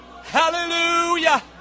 Hallelujah